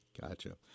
Gotcha